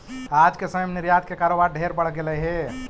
आज के समय में निर्यात के कारोबार ढेर बढ़ गेलई हे